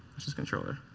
which is controller.